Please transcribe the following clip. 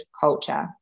culture